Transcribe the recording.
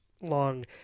long